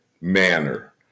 manner